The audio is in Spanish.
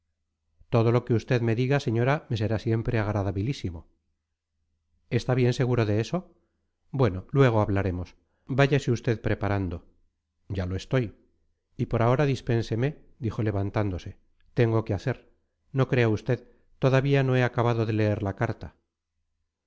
todo lo que usted me diga señora me será siempre agradabilísimo está bien seguro de eso bueno luego hablaremos váyase usted preparando ya lo estoy y por ahora dispénseme dijo levantándose tengo que hacer no crea usted todavía no he acabado de leer la carta